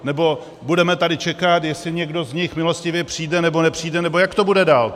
Nebo budeme tady čekat, jestli někdo z nich milostivě přijde, nebo nepřijde, nebo jak to bude dál, tedy?